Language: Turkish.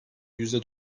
yüzde